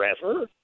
forever